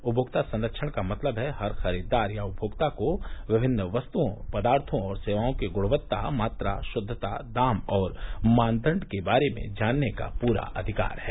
उपभोक्ता संरक्षण का मतलब है कि हर खरीददार या उपभोक्ता को विभिन्न वस्तुओं पदार्थों और सेवाओं की गुणवत्ता मात्रा शुद्धता दाम और मानदंड के बारे में जानने का पूरा अधिकार है